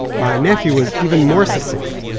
my nephew was even more succinct,